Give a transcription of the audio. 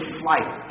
flight